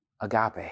agape